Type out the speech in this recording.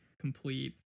complete